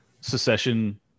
secession